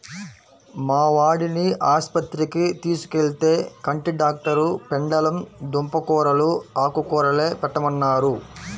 మా వాడిని ఆస్పత్రికి తీసుకెళ్తే, కంటి డాక్టరు పెండలం దుంప కూరలూ, ఆకుకూరలే పెట్టమన్నారు